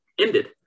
ended